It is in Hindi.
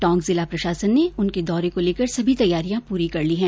टोंक जिला प्रशासन ने उनके दौरे को लेकर सभी तैयारियां पूरी कर ली हैं